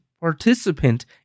participant